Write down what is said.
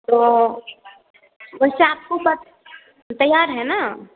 तो वैसे आपको कब तैयार है ना